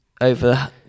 over